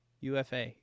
ufa